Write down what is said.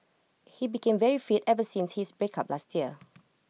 he became very fit ever since his breakup last year